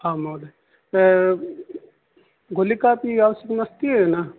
आं महोदय गुलिकापि आवश्यकमस्ति न